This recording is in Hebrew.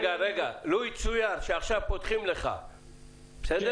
נניח ועכשיו פותחים לך ואתה